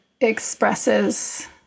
expresses